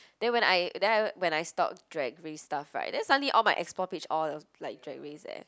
then when I then when I stalk Drag-Race stuff right then suddenly all my explore page all like Drag Race eh